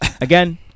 again